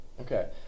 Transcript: Okay